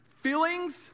Feelings